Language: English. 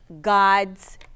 God's